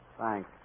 Thanks